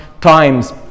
times